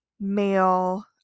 male